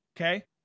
Okay